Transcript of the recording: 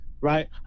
Right